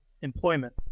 employment